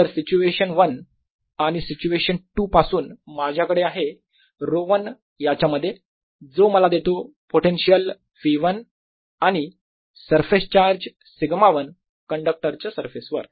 तर सिच्युएशन 1 आणि सिच्युएशन 2 पासून माझ्याकडे आहे ρ1 याच्यामध्ये जो मला देतो पोटेन्शियल v1 आणि सरफेस चार्ज σ1 कंडक्टरच्या सरफेस वर